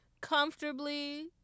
Comfortably